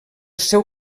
seu